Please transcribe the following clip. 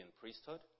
priesthood